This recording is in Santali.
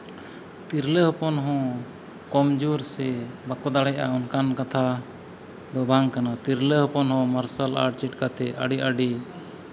ᱛᱤᱨᱞᱟᱹ ᱦᱚᱯᱚᱱ ᱦᱚᱸ ᱠᱚᱢᱡᱳᱨ ᱥᱮ ᱵᱟᱠᱚ ᱫᱟᱲᱮᱭᱟᱜ ᱚᱱᱠᱟᱱ ᱠᱟᱛᱷᱟ ᱫᱚ ᱵᱟᱝ ᱠᱟᱱᱟ ᱛᱤᱨᱞᱟᱹ ᱦᱚᱯᱚᱱ ᱦᱚᱸ ᱢᱟᱨᱥᱟᱞ ᱟᱨᱴ ᱪᱮᱫ ᱠᱟᱛᱮᱫ ᱟᱹᱰᱤ ᱟᱹᱰᱤ